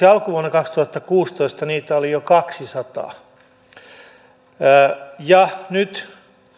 alkuvuonna kaksituhattakuusitoista heitä oli jo kaksisataa ja nyt